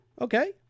Okay